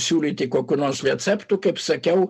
siūlyti kokių nors receptų kaip sakiau